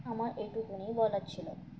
আমার এইটুকুুনই বলার ছিল